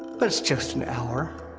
but it's just an hour.